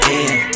end